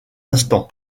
instant